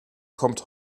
kommt